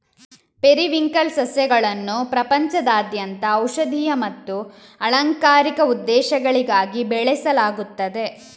periwinkle ಸಸ್ಯಗಳನ್ನು ಪ್ರಪಂಚದಾದ್ಯಂತ ಔಷಧೀಯ ಮತ್ತು ಅಲಂಕಾರಿಕ ಉದ್ದೇಶಗಳಿಗಾಗಿ ಬೆಳೆಸಲಾಗುತ್ತದೆ